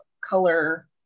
color